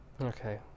Okay